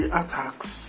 attacks